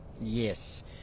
Yes